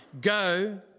go